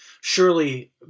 surely